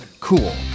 cool